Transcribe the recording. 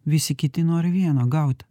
visi kiti nori vieno gaut